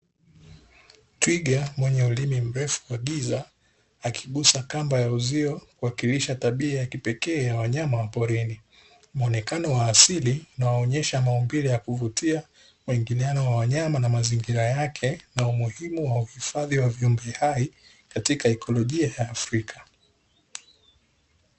Twiga mwenye ulimi mrefu wa giza aligusa kamba ya uzio kuwakilisha tabia ya kipekee ya wanyama porini. Muonekano wa asili inayoonesha maumbile ya kuvutia muingiliano wa wanyama na mazingira yake katika kuhifadhi viumbe hai, katika ikolojia ya Afrika.